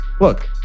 look